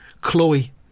Chloe